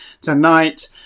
tonight